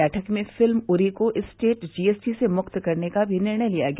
बैठक में फिल्म उरी को स्टेट जीएसटी से मुक्त करने का भी निर्णय लिया गया